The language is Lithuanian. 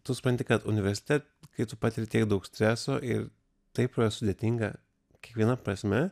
tu supranti kad universite kai tu patiri tiek daug streso ir taip sudėtinga kiekviena prasme